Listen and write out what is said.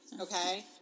okay